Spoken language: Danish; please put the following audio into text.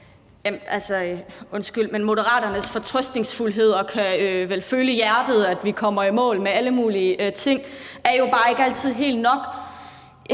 Moderaternes fortrøstningsfuldhed og det med at føle i hjertet, at vi kommer i mål med alle mulige ting, er jo bare ikke altid helt nok.